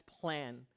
plan